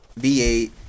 V8